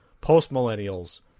Post-millennials